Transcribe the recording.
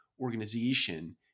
organization